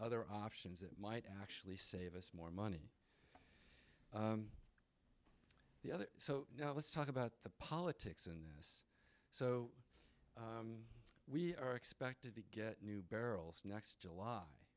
other options that might actually save us more money the other so now let's talk about the politics and so we are expected to get new barrels next july